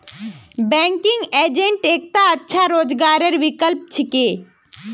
banking agent एकता अच्छा रोजगारेर विकल्प छिके